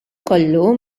kollu